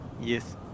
Yes